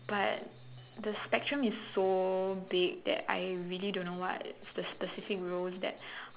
but the spectrum is so big that I really don't know what the the specific roles that